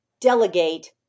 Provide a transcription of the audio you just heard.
delegate